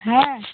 হ্যাঁ